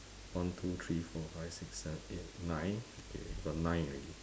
one two three four five six seven eight nine okay we got nine already